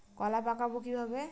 কলা পাকাবো কিভাবে?